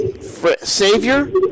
savior